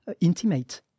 intimate